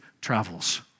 travels